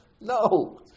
No